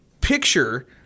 picture